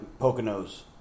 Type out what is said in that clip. Poconos